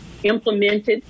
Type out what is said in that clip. Implemented